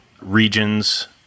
regions –